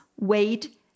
weight